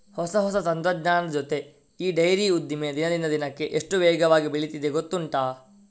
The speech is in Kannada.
ಹೊಸ ಹೊಸ ತಂತ್ರಜ್ಞಾನದ ಜೊತೆ ಈ ಡೈರಿ ಉದ್ದಿಮೆ ದಿನದಿಂದ ದಿನಕ್ಕೆ ಎಷ್ಟು ವೇಗವಾಗಿ ಬೆಳೀತಿದೆ ಗೊತ್ತುಂಟಾ